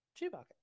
Chewbacca